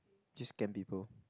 just scam people